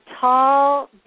tall